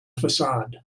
facade